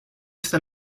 esta